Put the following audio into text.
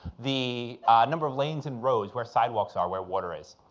the number of lanes in roads, where sidewalks are, where water is.